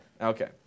Okay